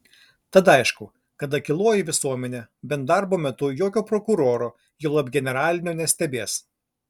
tad aišku kad akyloji visuomenė bent darbo metu jokio prokuroro juolab generalinio nestebės